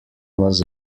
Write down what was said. was